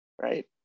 right